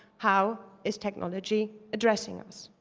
how is technology addressing us?